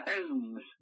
Homes